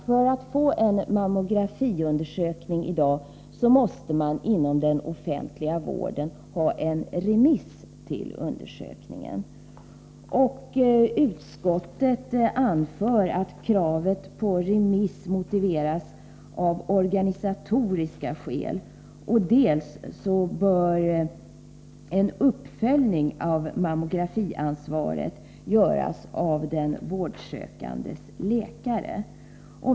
För att få mammografiundersökning i dag måste man inom den offentliga vården ha en remiss till undersökningen. Utskottet anför att kravet på remiss motiveras av organisatoriska skäl. En uppföljning av mammografisvaret bör göras av den vårdsökandes läkare.